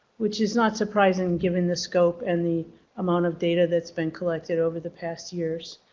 which is not surprising given the scope and the amount of data that's been collected over the past years.